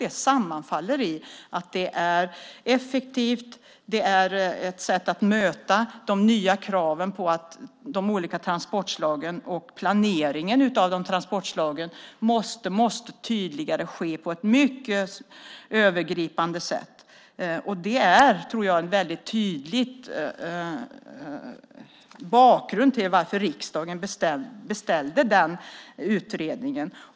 De sammanfaller i att det är effektivt och ett sätt att möta de nya kraven på transportslagen. Planeringen av de olika transportslagen måste vara tydligare och göras på ett mycket övergripande sätt. Det är en väldigt tydlig bakgrund till varför riksdagen beställde utredningen.